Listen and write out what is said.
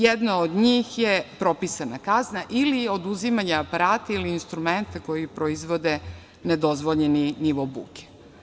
Jedna od njih je propisana kazna ili oduzimanje aparata ili instrumenta koji proizvode nedozvoljeni nivo buke.